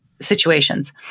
situations